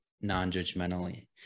non-judgmentally